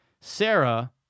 Sarah